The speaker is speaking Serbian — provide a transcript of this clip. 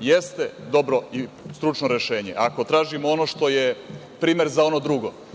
jeste dobro i stručno rešenje. Ako tražimo ono što je primer za ono drugo,